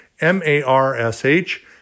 M-A-R-S-H